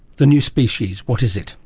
the new species. what is it?